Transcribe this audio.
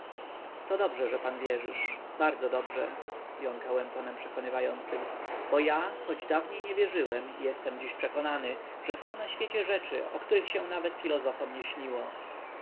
to dobrze że pan wierzysz bardzo dobrze jąkałem tonem przekonywającym bo ja choć dawniej nie wierzyłem jestem dziś przekonany że są na świecie rzeczy o których się nawet filozofom